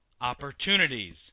opportunities